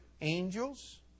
angels